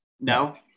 no